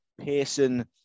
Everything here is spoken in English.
Pearson